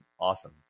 awesome